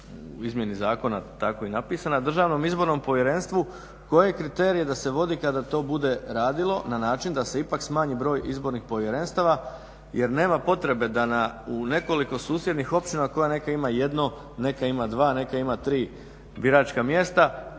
u izmjeni zakona tako i napisana Državnom izbornom povjerenstvu koje kriterije da se vodi kada to bude radilo na način da se ipak smanji broj izbornih povjerenstava jer nema potrebe da u nekoliko susjednih općina koja neka ima jedno, neka ima dva, neka ima tri biračka mjesta,